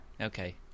Okay